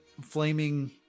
flaming